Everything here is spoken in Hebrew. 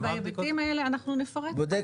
אנחנו נפרט.